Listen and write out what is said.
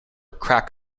crack